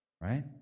right